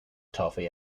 toffee